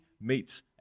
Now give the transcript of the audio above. meets